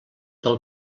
del